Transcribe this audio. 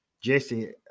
Jesse